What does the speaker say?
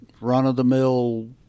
run-of-the-mill